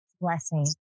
blessing